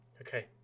Okay